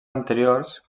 anteriors